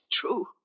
true